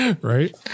Right